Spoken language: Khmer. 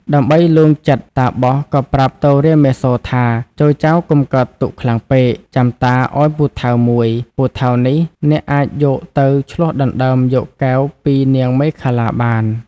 ដើម្បីលួងចិត្តតាបសក៏ប្រាប់ទៅរាមាសូរថា ចូរចៅកុំកើតទុក្ខខ្លាំងពេក ចាំតាឱ្យពូថៅមួយ ពូថៅនេះអ្នកអាចយកទៅ ឈ្លោះដណ្តើមយកកែវពីនាងមេខលាបាន។